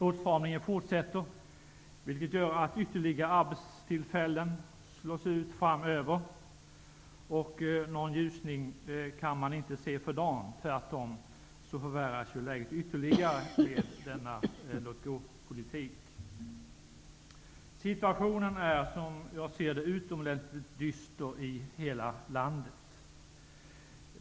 Åtstramningen fortsätter, vilket gör att ytterligare arbetstillfällen framöver slås ut. Någon ljusning kan för dagen inte skönjas. Tvärtom förvärras läget ytterligare till följd av förda låt-gå-politik. Situationen är, som jag ser det hela, utomordentligt dyster i hela landet.